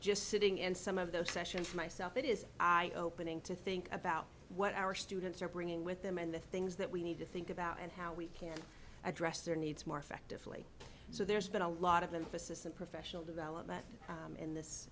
just sitting in some of those sessions for myself it is eyeopening to think about what our students are bringing with them and the things that we need to think about and how we can address their needs more effectively so there's been a lot of them to system professional development in this